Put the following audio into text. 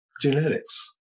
genetics